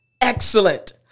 Excellent